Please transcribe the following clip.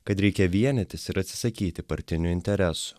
kad reikia vienytis ir atsisakyti partinių interesų